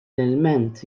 ilment